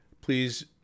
Please